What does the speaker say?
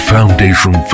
Foundation